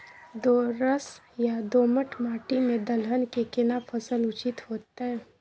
दोरस या दोमट माटी में दलहन के केना फसल उचित होतै?